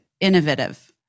innovative